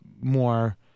more